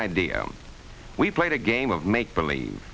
idea we played a game of make believe